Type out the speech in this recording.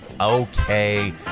Okay